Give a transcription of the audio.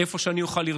איפה שאני אוכל לרתום,